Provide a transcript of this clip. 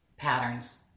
patterns